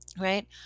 Right